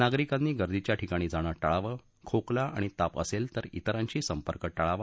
नागरिकांनी गर्दीच्या ठिकाणी जाणं टाळावं खोकला आणि ताप असेल तर इतरांशी संपर्क टाळावा